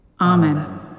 Amen